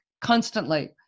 constantly